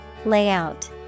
Layout